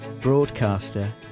broadcaster